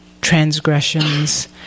transgressions